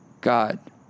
God